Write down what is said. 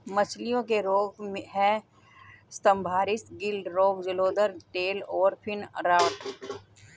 मछलियों के रोग हैं स्तम्भारिस, गिल रोग, जलोदर, टेल और फिन रॉट